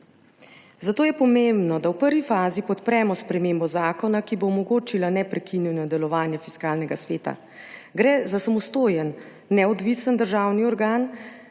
Zato je pomembno, da v prvi fazi podpremo spremembo zakona, ki bo omogočila neprekinjeno delovanje Fiskalnega sveta. Gre za samostojen, neodvisen državni organ,